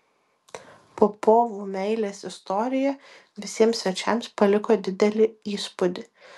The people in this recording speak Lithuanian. popovų meilės istorija visiems svečiams paliko didelį įspūdį